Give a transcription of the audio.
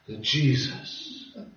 Jesus